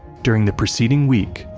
during the preceding week,